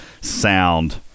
sound